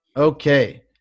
Okay